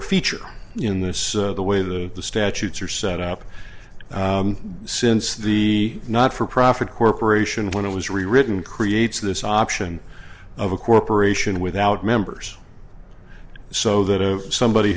a feature in this the way the statutes are set up since the not for profit corporation when it was rewritten creates this option of a corporation without members so that of somebody